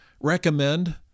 recommend